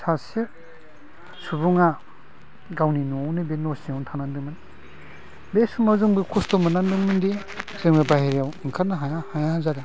सासे सुबुङा गावनि न'आवनो बे न' सिङावनो थानांदोंमोन बे समाव जोंबो खस्थ' मोननांदोंमोनदि जोङो बायहेरायाव ओंखारनो हाया हाया जादों